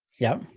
yeah.